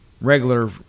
regular